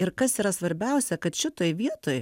ir kas yra svarbiausia kad šitoj vietoj